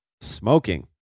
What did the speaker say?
Smoking